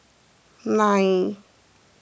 nine